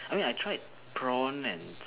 I mean I tried prawn and